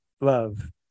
love